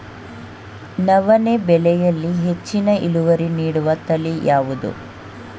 ನವಣೆ ಬೆಳೆಯಲ್ಲಿ ಹೆಚ್ಚಿನ ಇಳುವರಿ ನೀಡುವ ತಳಿ ಯಾವುದು?